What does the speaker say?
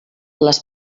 les